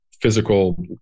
physical